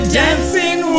dancing